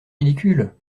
ridicule